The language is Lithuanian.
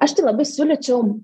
aš tai labai siūlyčiau